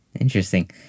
Interesting